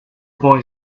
boy